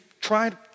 tried